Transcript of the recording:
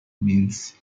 means